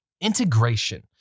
Integration